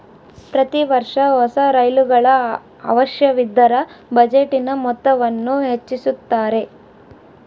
ಪ್ರತಿ ವರ್ಷ ಹೊಸ ರೈಲುಗಳ ಅವಶ್ಯವಿದ್ದರ ಬಜೆಟಿನ ಮೊತ್ತವನ್ನು ಹೆಚ್ಚಿಸುತ್ತಾರೆ